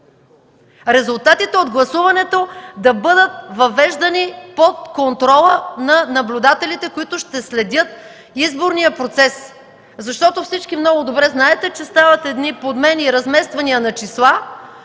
Резултатите от гласуването да бъдат въвеждани под контрола на наблюдателите, които ще следят изборния процес. Всички много добре знаете, че стават подмени и размествания на числа